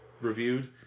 reviewed